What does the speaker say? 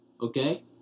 okay